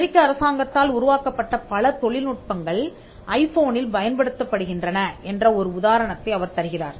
அமெரிக்க அரசாங்கத்தால் உருவாக்கப்பட்ட பல தொழில்நுட்பங்கள் ஐபோனில் பயன்படுத்தப்படுகின்றன என்ற ஒரு உதாரணத்தை அவர் தருகிறார்